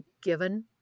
given